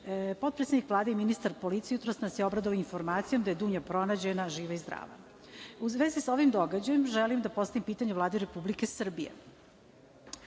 potrazi. Potpredsednik Vlade i ministar policije jutros nas je obradovao informacijom da je Dunja pronađena, živa i zdrava. U vezi sa ovim događajem želim da postavim pitanje Vladi Republike